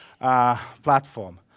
platform